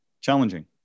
challenging